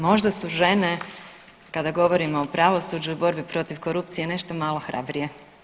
Možda su žene kada govorimo o pravosuđu i borbi protiv korupcije nešto malo hrabrije.